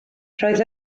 roedd